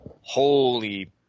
Holy